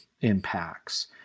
impacts